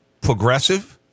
progressive